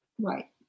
right